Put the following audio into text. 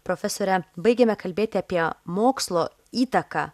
profesore baigėme kalbėti apie mokslo įtaką